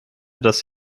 dass